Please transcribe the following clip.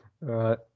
right